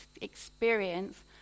experience